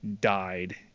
died